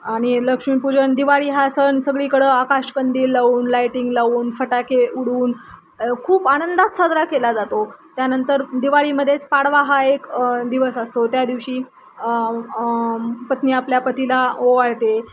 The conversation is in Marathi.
आणि लक्ष्मीपूजन दिवाळी हा सण सगळीकडं आकाश कंदील लावून लाईटिंग लावून फटाके उडवून खूप आनंदात साजरा केला जातो त्यानंतर दिवाळीमध्येच पाडवा हा एक दिवस असतो त्या दिवशी पत्नी आपल्या पतीला ओवाळते